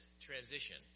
transition